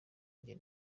njye